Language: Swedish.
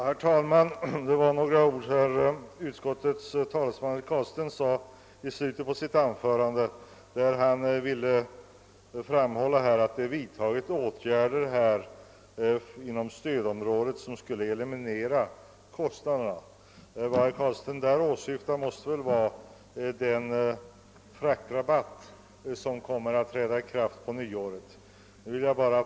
Herr talman! Utskottets talesman herr Carlstein sade i slutet av sitt anförande att det har vidtagits åtgärder som inom stödområdet skulle eliminera kostnadshöjningarna. Vad herr Carlstein där åsyftar måste väl vara den fraktrabattering som träder i kraft på nyåret.